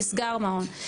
נסגר מעון.